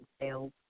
sales